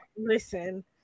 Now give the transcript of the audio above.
listen